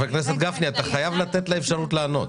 חבר הכנסת גפני, אתה חייב לתת לה אפשרות לענות.